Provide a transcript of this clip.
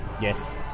yes